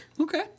Okay